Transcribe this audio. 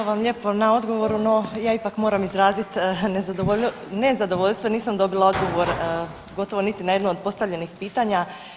Hvala vam lijepo na odgovoru, no ja ipak moram izrazit nezadovoljstvo, nisam dobila odgovor gotovo niti na jedno od postavljenih pitanja.